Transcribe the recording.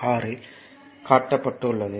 6 இல் காட்டப்பட்டுள்ளது